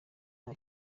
nta